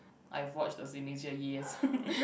I forge the signature yes